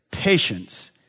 patience